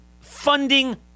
funding